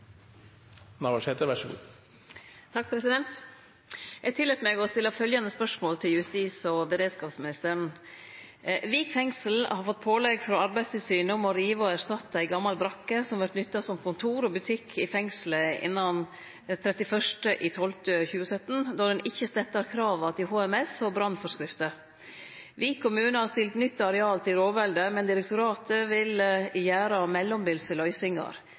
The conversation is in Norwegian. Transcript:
meg å stille følgjande spørsmål til justis- og beredskapsministeren: «Vik fengsel har fått pålegg frå Arbeidstilsynet om å rive ei gamal brakke som vert nytta til kontor og butikk i fengselet, innan 31. desember 2017, då ho ikkje oppfyller HMS-krava og brannforskriftene. Vik kommune har stilt nytt areal til rådvelde, men Kriminalomsorgsdirektoratet vil